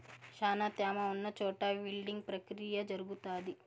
శ్యానా త్యామ ఉన్న చోట విల్టింగ్ ప్రక్రియ జరుగుతాది